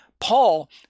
Paul